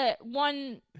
one